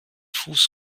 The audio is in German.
fuß